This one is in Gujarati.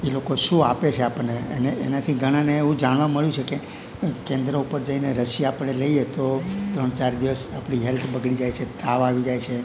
એ લોકો શું આપે સે આપણને અને એનાથી ઘણાને એવું જાણવા મળ્યું છે કે કેન્દ્ર ઉપર જઈને રશી આપડે લઈએ તો ત્રણ ચાર દિવસ આપડી હેલ્થ બગડી જાય છે તાવ આવી જાય છે